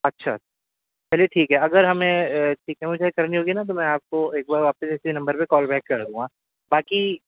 اچھا چلیے ٹھیک ہے اگر ہمیں ٹھیک ہے مجھے کرنی ہوگی نہ تو میں آپ کو ایک بار واپس اسی نمبر پہ کال بیک کر دوں گا باقی